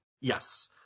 Yes